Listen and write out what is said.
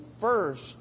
first